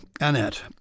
Annette